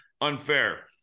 unfair